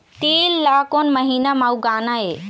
तील ला कोन महीना म उगाना ये?